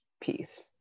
piece